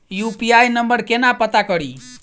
UPI number केना पत्ता कड़ी?